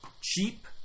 cheap